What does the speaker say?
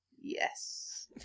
Yes